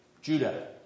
Judah